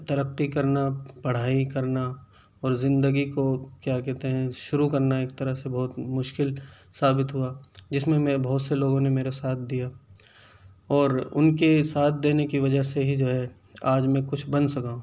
ترقی کرنا پڑھائی کرنا اور زندگی کو کیا کہتے ہیں شروع کرنا ایک طرح سے بہت مشکل ثابت ہوا جس میں میں بہت سے لوگوں نے میرا ساتھ دیا اور ان کے ساتھ دینے کی وجہ سے ہی جو ہے آج میں کچھ بن سکا ہوں